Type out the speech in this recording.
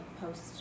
post